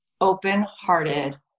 open-hearted